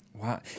Wow